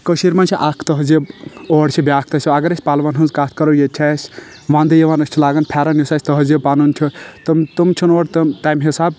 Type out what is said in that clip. کٔشیر منٛز چھُ اکھ تہزیب اورٕ چھُ بیٚاکھ تہزیب اگر ٲسۍ پلون ہنٛز کتھ کرو ییٚتہِ چھِ اسۍ ونٛدٕ یِوان أسۍ چھِ لاگان پھیٚرن یُس اسہِ تہزیب پنُن چھُ تِم تِم چھِنہٕ اورٕ تم تمہِ حساب